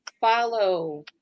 follow